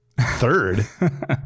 Third